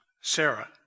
Sarah